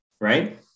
right